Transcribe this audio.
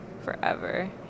forever